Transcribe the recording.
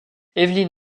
evelyn